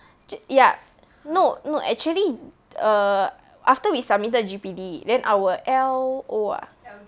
ya no no actually err after we submitted G_P_D then our L_O ah